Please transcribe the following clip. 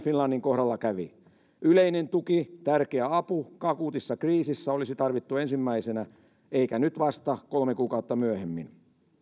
finlandin kohdalla kävi yleinen tuki tärkeä apu akuutissa kriisissä olisi tarvittu ensimmäisenä eikä vasta nyt kolme kuukautta myöhemmin